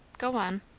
go on.